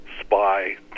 spy